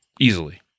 easily